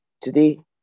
Today